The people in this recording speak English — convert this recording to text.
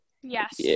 yes